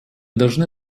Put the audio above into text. должны